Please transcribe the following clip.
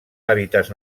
hàbitats